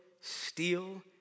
steal